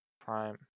Prime